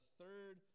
third